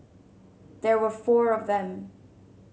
there were four of them